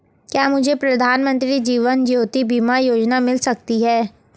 क्या मुझे प्रधानमंत्री जीवन ज्योति बीमा योजना मिल सकती है?